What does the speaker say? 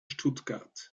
stuttgart